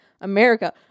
America